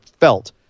felt